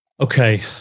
Okay